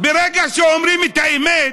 ברגע שאומרים את האמת,